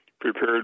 prepared